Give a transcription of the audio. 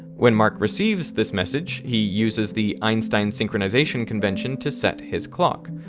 when mark receives this message, he uses the einstein synchronization convention to set his clock.